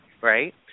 right